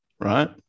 right